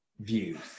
views